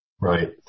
Right